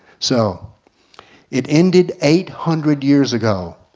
so it ended eight hundred years ago.